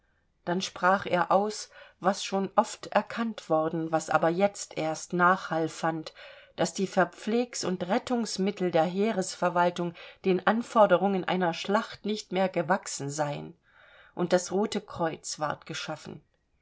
dann sprach er aus was schon oft erkannt worden was aber jetzt erst nachhall fand daß die verpflegs und rettungsmittel der heeresverwaltung den anforderungen einer schlacht nicht mehr gewachsen seien und das rote kreuz ward geschaffen